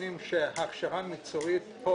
ההכשרה המקצועית.